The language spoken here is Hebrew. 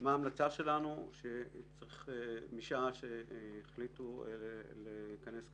ההמלצה שלנו היא שמשעה שהחליטו לכנס קבינט,